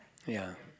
ya